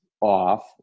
off